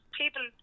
people